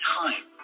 time